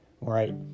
right